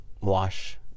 wash